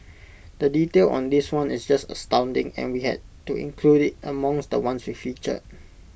the detail on this one is just astounding and we had to include IT among the ones we featured